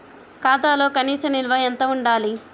ఖాతాలో కనీస నిల్వ ఎంత ఉండాలి?